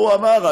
הוא אמר,